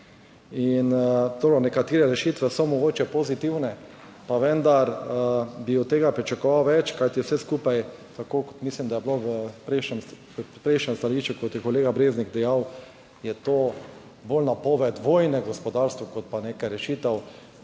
In nekatere rešitve so mogoče pozitivne, pa vendar bi od tega pričakoval več, kajti vse skupaj, tako kot mislim, da je bilo pri prejšnjem stališču, kot je kolega Breznik dejal, je to bolj napoved vojne v gospodarstvu, kot pa neka rešitev